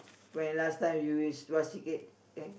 when last time you is basket and